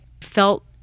felt